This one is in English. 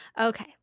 Okay